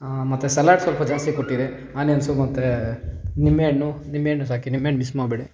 ಮತ್ತು ಸಲಾಡ್ ಸ್ವಲ್ಪ ಜಾಸ್ತಿ ಕೊಟ್ಟಿರಿ ಆನಿಯನ್ಸು ಮತ್ತು ನಿಂಬೆ ಹಣ್ಣು ನಿಂಬೆ ಹಣ್ಣು ಸಹ ಹಾಕಿ ನಿಂಬೆ ಹಣ್ಣು ಮಿಸ್ ಮಾಡಬೇಡಿ